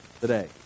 today